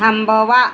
थांबवा